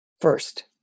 first